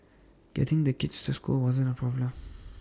getting the kids to school wasn't A problem